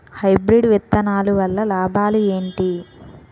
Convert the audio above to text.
Hybrid విత్తనాలు వల్ల లాభాలు ఏంటి?